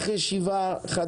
הישיבה ננעלה